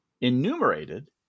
enumerated